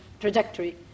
trajectory